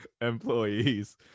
employees